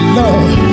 love